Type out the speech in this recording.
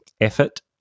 effort